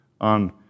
on